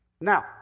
Now